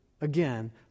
again